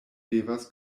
devas